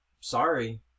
sorry